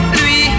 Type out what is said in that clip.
lui